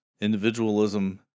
individualism